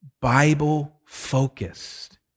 Bible-focused